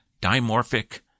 dimorphic